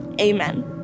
Amen